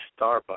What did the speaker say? Starbucks